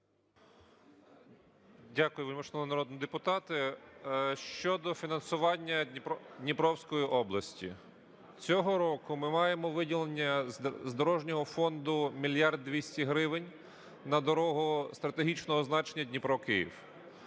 Дякую, вельмишановні народні депутати. Щодо фінансування Дніпровської області. Цього року ми маємо виділення з дорожнього фонду 1 мільярд 200 гривень на дорогу стратегічного значення Дніпро-Київ.